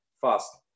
fast